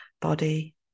body